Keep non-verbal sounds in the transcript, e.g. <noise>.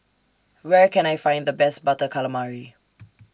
Where Can I Find The Best Butter Calamari <noise>